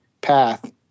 path